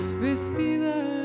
vestida